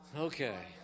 Okay